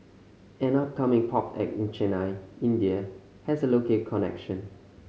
an upcoming pop act in Chennai India has a local connection